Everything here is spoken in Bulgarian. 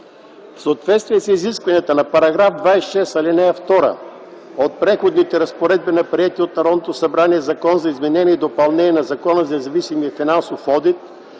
В съответствие с изискванията на § 26, ал. 2 от Преходните разпоредби на приетия от Народното събрание Закон за изменение и допълнение на Закона за независимия финансов одит